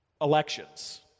elections